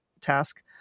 task